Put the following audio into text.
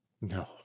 No